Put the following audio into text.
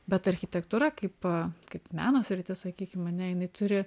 bet architektūra kaip kaip meno sritis sakykim ane jinai turi